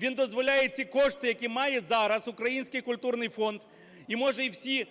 Він дозволяє ці кошти, які має зараз Український культурний фонд, і, може, їх всі